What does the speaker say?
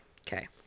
Okay